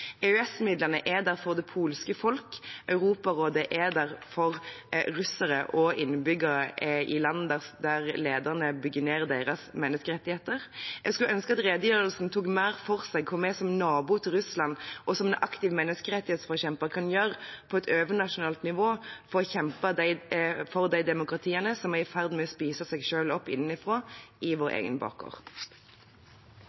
er der for det polske folk, Europarådet er der for russere og innbyggere i land der lederne bygger ned deres menneskerettigheter. Jeg skulle ønske at redegjørelsen tok mer for seg hva vi som nabo til Russland og som aktiv menneskerettsforkjemper kan gjøre på et overnasjonalt nivå for å kjempe for de demokratiene som er i ferd med å spise seg selv opp innenfra i vår